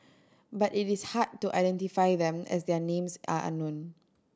but it is hard to identify them as their names are unknown